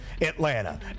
Atlanta